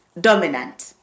dominant